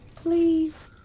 please.